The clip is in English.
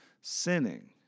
sinning